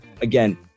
Again